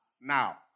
Now